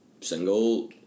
single